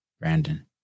Brandon